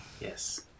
Yes